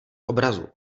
obrazu